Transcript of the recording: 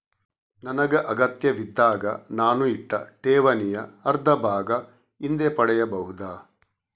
ನನಗೆ ಅಗತ್ಯವಿದ್ದಾಗ ನಾನು ಇಟ್ಟ ಠೇವಣಿಯ ಅರ್ಧಭಾಗ ಹಿಂದೆ ಪಡೆಯಬಹುದಾ?